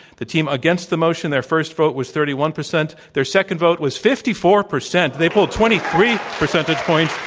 the team against the motion, their first vote was thirty one percent. their second vote was fifty four percent. they pulled twenty three percentage points.